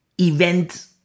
event